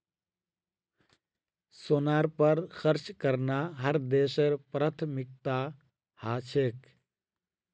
सेनार पर खर्च करना हर देशेर प्राथमिकता ह छेक